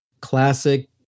classic